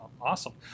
awesome